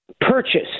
purchase